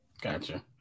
Gotcha